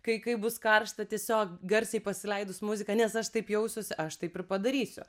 kai kai bus karšta tiesiog garsiai pasileidus muziką nes aš taip jausiuosi aš taip ir padarysiu